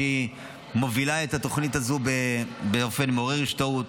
שהיא מובילה את התוכנית הזו באופן מעורר השתאות.